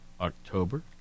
October